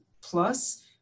plus